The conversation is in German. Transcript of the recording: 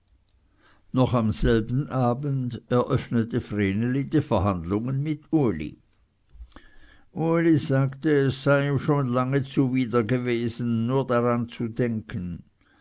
noch selben abend eröffnete vreneli die verhandlungen mit uli uli sagte es sei ihm schon lange zuwider gewesen nur daran zu denken